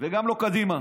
וגם לא קדימה.